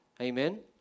Amen